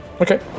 Okay